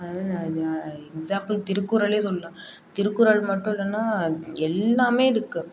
அதாவது அது அது எக்ஸ்ஸாம்பில் திருக்குறளே சொல்லலாம் திருக்குறள் மட்டும் இல்லைன்னா எல்லாமே இருக்கு